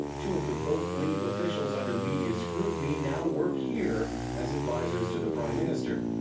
two of the vote leave officials under media scrutiny now work here as advisers to the prime minister.